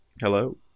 Hello